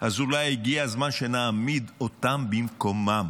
אז אולי הגיע הזמן שנעמיד אותם במקומם.